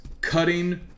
cutting